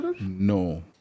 No